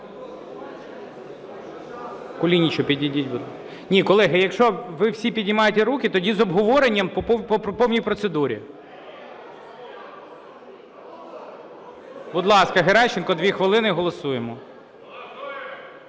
колеги, якщо ви всі піднімаєте руки, тоді з обговоренням по повній процедурі. Будь ласка, Геращенко – 2 хвилини, і голосуємо.